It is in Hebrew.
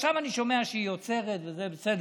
עכשיו אני שומע שהיא עוצרת, בסדר,